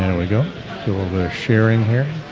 and we go so oversharing here